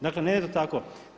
Dakle ne ide to tako.